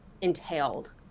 entailed